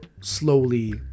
slowly